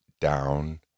down